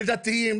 לדתיים,